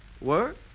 Work